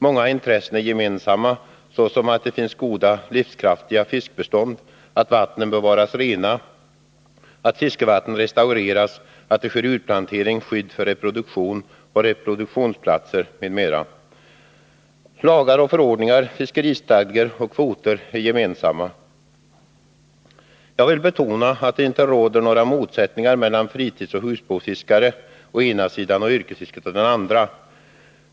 Många intressen är gemensamma, såsom att det finns goda, livskraftiga fiskbestånd, att vattnen bevaras rena, att fiskevatten restaureras, att det sker utplantering samt att reproduktion och reproduktionsplatser skyddas. Lagar och förordningar, fiskeristadgor och kvoter är gemensamma. Jag vill betona att det inte råder några motsättningar mellan fritidsoch husbehovsfiskare å ena sidan och yrkesfisket å den andra.